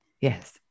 Yes